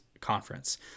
conference